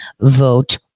vote